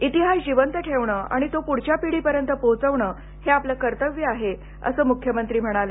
इतिहास जिवंत ठेवणं आणि तो पुढच्या पिढीपर्यंत पोचवणं हे आपले कर्तव्य आहे असं मुख्यमंत्री म्हणाले